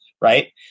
right